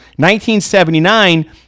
1979